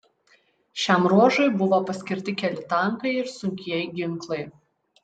šiam ruožui buvo paskirti keli tankai ir sunkieji ginklai